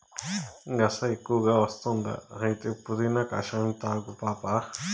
గస ఎక్కువ వస్తుందా అయితే పుదీనా కషాయం తాగు పాపా